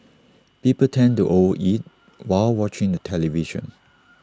people tend to over eat while watching the television